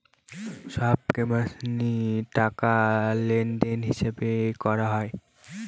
সব কোম্পানির টাকা লেনদেনের হিসাব করা হয়